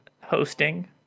hosting